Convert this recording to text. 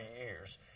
years